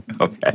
Okay